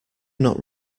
not